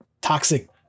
toxic